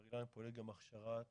בניהו טבילה הפיקוח העל יסודי,